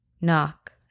Knock